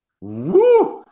Woo